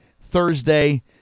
Thursday